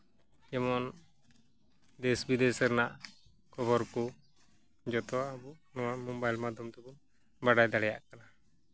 ᱡᱮᱢᱚᱱ ᱫᱮᱥ ᱵᱤᱫᱮᱥ ᱨᱮᱱᱟᱜ ᱠᱷᱚᱵᱚᱨ ᱠᱚ ᱡᱷᱚᱛᱚᱣᱟᱜ ᱟᱵᱚ ᱱᱚᱣᱟ ᱢᱳᱵᱟᱭᱤᱞ ᱢᱟᱫᱽᱫᱷᱚᱢ ᱛᱮᱵᱚᱱ ᱵᱟᱰᱟᱭ ᱫᱟᱲᱮᱭᱟᱜ ᱠᱟᱱᱟ